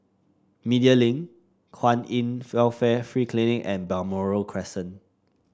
Media Link Kwan In Welfare Free Clinic and Balmoral Crescent